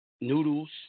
Noodles